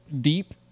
deep